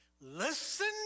listen